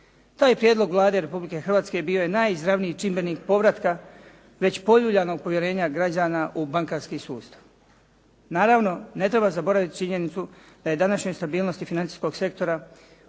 Taj je prijedlog Vlade Republike Hrvatske bio je najizravniji čimbenik povratka već poljuljanog povjerenja građana u bankarski sustav. Naravno, ne treba zaboravit činjenicu da je današnjoj stabilnosti financijskog sektora